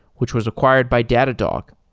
which was acquired by datadog.